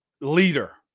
leader